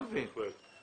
בהחלט.